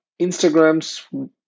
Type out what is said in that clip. Instagram's